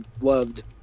loved